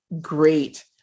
great